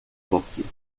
porquier